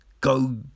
go